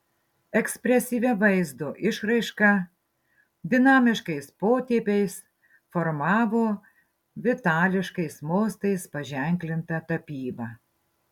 ekspresyvia vaizdo išraiška dinamiškais potėpiais formavo vitališkais mostais paženklintą tapybą